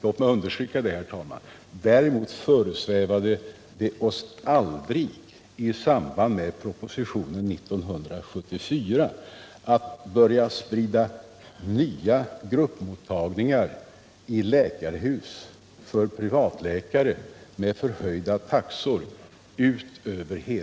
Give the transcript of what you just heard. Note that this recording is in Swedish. Låt mig understryka, herr talman, att det däremot aldrig i samband = bindning för vissa med propositionen 1974 föresvävade oss att börja sprida över hela landet — privatpraktiserande nya gruppmottagningar i läkarhus för privatläkare med förhöjda taxor.